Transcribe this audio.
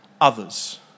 others